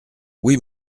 oui